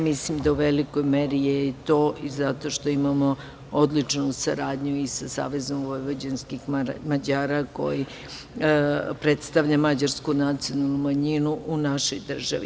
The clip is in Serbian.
Mislim da je u velikoj meri to tako i zato što imamo odličnu saradnju i sa Savezom vojvođanskih Mađara, koji predstavlja mađarsku nacionalnu manjinu u našoj državi.